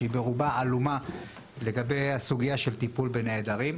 שברובה היא עלומה לגבי הסוגיה של טיפול בנעדרים.